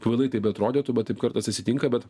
kvailai tai beatrodytų bet taip kartais atsitinka bet